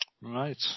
Right